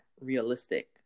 realistic